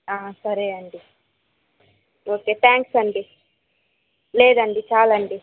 సరే అండి okay thanks అండి లేదండి చాలండి